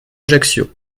ajaccio